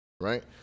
right